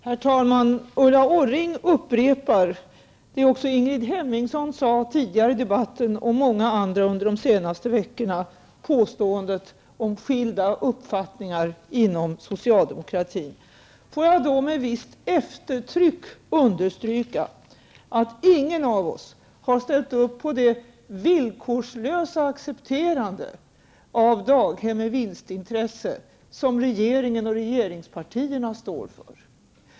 Herr talman! Ulla Orring upprepar det Ingrid Hemmingsson sade tidigare i debatten och många andra har sagt under de senaste veckorna, nämligen påståendet om skilda uppfattningar inom socialdemokratin. Får jag med visst eftertryck understryka att ingen av oss har ställt upp på det villkorslösa accepterandet av daghem med vinstintresse som regeringen och regeringspartierna står för.